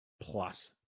plus